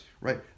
right